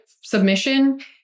submission